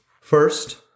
First